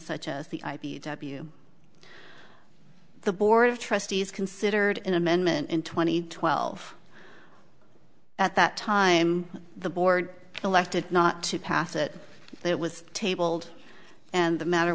such as the ip you the board of trustees considered an amendment in twenty twelve at that time the board elected not to pass it it was tabled and the matter